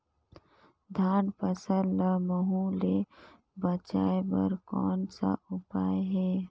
धान फसल ल महू ले बचाय बर कौन का उपाय हे?